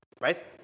Right